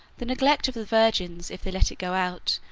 the neglect of the virgins, if they let it go out,